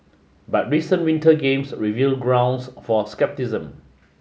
but recent Winter Games reveal grounds for scepticism